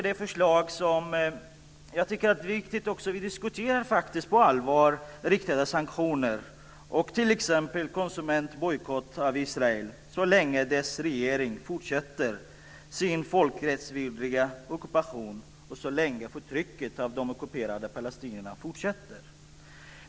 Det är viktigt att vi också på allvar diskuterar riktade sanktioner, t.ex. konsumentbojkott av Israel så länge dess regering fortsätter sin folkrättsvidriga ockupation och så länge förtrycket av de ockuperade palestinierna fortsätter.